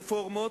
רפורמות,